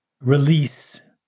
release